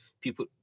people